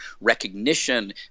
recognition